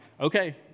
okay